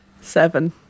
Seven